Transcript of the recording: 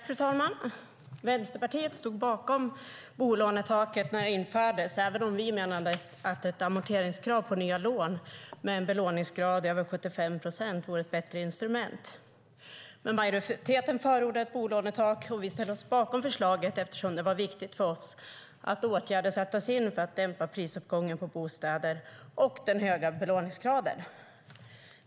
Fru talman! Vänsterpartiet stod bakom bolånetaket när det infördes, även om vi menade att amorteringskrav på nya lån med en belåningsgrad över 75 procent vore ett bättre instrument. Majoriteten förordade dock ett bolånetak, och vi ställde oss bakom förslaget eftersom det var viktigt för oss att åtgärder sattes in för att dämpa prisuppgången på bostäder och den höga belåningsgraden.